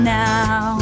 now